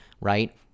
right